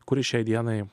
kuris šiai dienai